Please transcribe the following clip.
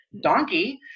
Donkey